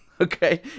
Okay